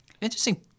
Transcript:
interesting